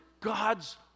God's